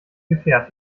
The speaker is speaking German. gefährt